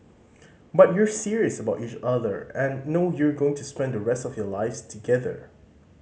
but you're serious about each other and know you're going to spend the rest of your lives together